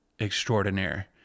extraordinaire